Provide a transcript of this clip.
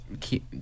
keep